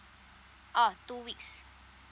oh two weeks